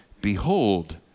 Behold